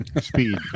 Speed